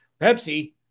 Pepsi